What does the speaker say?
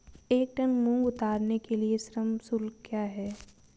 एक टन मूंग उतारने के लिए श्रम शुल्क क्या है?